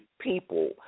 people